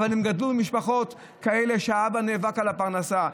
אבל הם גדלו במשפחות כאלה שהאבא נאבק על הפרנסה.